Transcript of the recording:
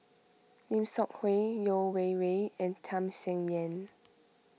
Lim Seok Hui Yeo Wei Wei and Tham Sien Yen